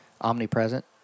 omnipresent